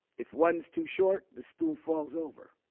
if one's too short, the stool falls over.